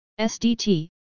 SDT